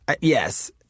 yes